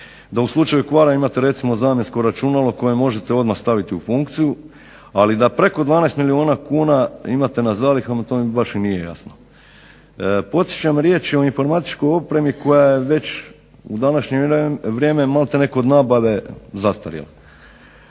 da u slučaju kvara imate recimo zamjensko računalo koje možete odmah staviti u funkciju ali da preko 12 milijuna kuna imate na zalihama to mi baš i nije jasno. Podsjećam riječ je o informatičkoj opremi koja je već u današnje vrijeme malte ne kod nabave zastarjela.